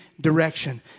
direction